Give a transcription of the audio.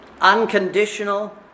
unconditional